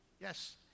Yes